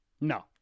No